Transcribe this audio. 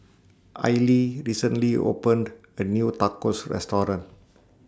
Aili recently opened A New Tacos Restaurant